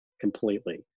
completely